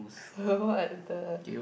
what the